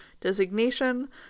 designation